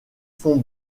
fond